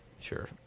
Sure